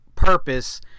purpose